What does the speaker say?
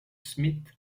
smith